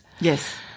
Yes